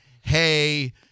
Hey